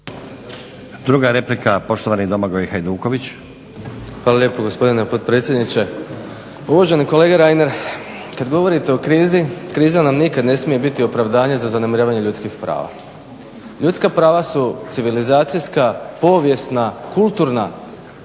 **Hajduković, Domagoj (SDP)** Hvala lijepo gospodine potpredsjedniče. Uvaženi kolega Reiner, kad govorite o krizi, kriza nam nikad ne smije biti opravdanje za zanemarivanje ljudskih prava. Ljudska prava su civilizacijska, povijesna, kulturna